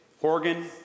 Horgan